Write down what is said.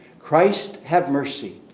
christ have mercy.